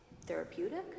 therapeutic